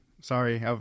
sorry